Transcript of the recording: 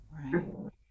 right